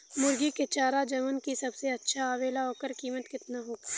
मुर्गी के चारा जवन की सबसे अच्छा आवेला ओकर कीमत केतना हो सकेला?